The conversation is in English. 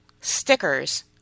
stickers